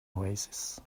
oasis